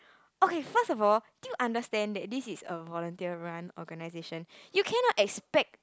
okay first of all do you understand that this is a volunteer run organisation you cannot expect